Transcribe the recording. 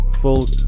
full